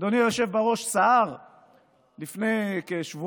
האבטלה במדינת ישראל הייתה 2.9%. שליש.